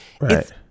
Right